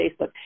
Facebook